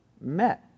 met